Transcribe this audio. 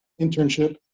internship